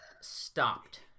stopped